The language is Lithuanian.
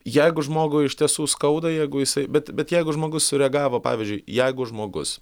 jeigu žmogui iš tiesų skauda jeigu jisai bet bet jeigu žmogus sureagavo pavyzdžiui jeigu žmogus